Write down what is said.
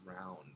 round